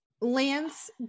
lance